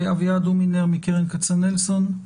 אביעד הומינר מקרן כצנלסון,